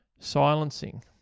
silencing